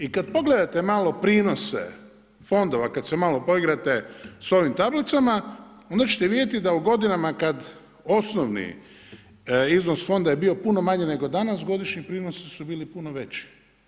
I kad pogledate malo prinose fondova, kad se malo poigrate s ovim tablicama, onda ćete vidjeti da u godinama kad osnovni iznos fonda je bio puno manji nego danas, godišnji prinosi su bili puno veći.